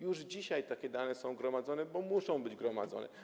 Już dzisiaj takie dane są gromadzone, bo muszą być gromadzone.